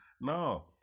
no